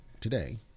today